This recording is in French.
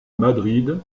madrid